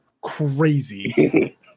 crazy